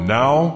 now